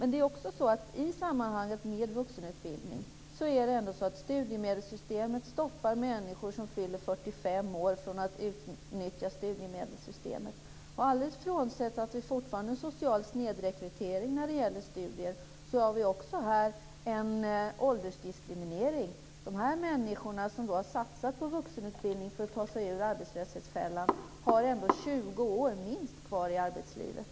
När det gäller vuxenutbildning stoppar studiemedelsystemet människor som fyller 45 år från att utnyttja studiemedelsystemet. Alldeles frånsett att vi fortfarande har en social snedrekrytering när det gäller studier har vi också här en åldersdiskriminering. De människor som har satsat på vuxenutbildning för att ta sig ur arbetslöshetsfällan har ändå minst 20 år kvar i arbetslivet.